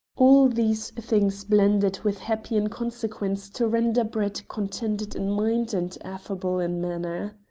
all these things blended with happy inconsequence to render brett contented in mind and affable in manner.